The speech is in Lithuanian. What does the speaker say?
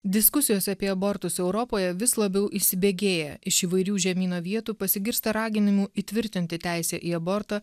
diskusijos apie abortus europoje vis labiau įsibėgėja iš įvairių žemyno vietų pasigirsta raginimų įtvirtinti teisę į abortą